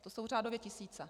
To jsou řádově tisíce.